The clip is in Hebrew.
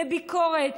לביקורת.